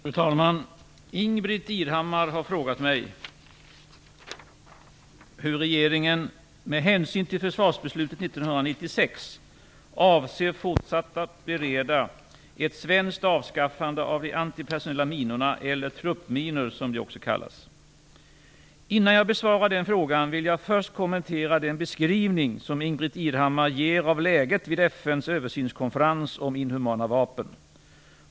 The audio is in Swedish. Fru talman! Ingbritt Irhammar har frågat mig hur regeringen med hänsyn till försvarsbeslutet 1996 avser att fortsatt bereda ett svenskt avskaffande av de antipersonella minorna, eller truppminor som de också kallas. Innan jag besvarar den frågan, vill jag först kommentera den beskrivning som Ingbritt Irhammmar ger av läget vid FN:s översynskonferens om inhumana vapen.